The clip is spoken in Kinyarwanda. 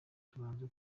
tubanze